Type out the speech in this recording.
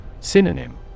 Synonym